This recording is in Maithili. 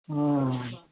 हँ